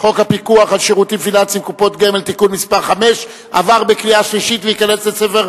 חוק הפיקוח על שירותים פיננסיים (קופות גמל) (תיקון מס' 5 והוראת שעה),